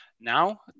now